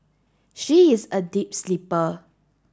she is a deep sleeper